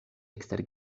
ekster